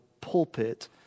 pulpit